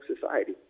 society